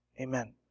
Amen